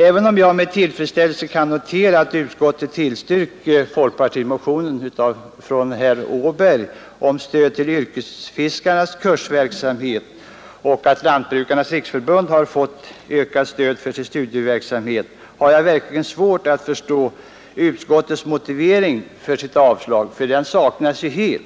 Även om jag med tillfredsställelse kan notera att utskottet tillstyrkt folkpartimotionen av herr Åberg om stöd till yrkesfiskarnas kursverksamhet och att Lantbrukarnas riksförbund har fått ökat stöd för sin studieverksamhet, har jag verkligen svårt att förstå utskottets motivering för sitt avslag, för den motiveringen saknas ju helt.